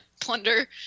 plunder